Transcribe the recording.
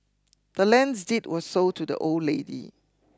the land's deed was sold to the old lady